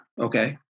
okay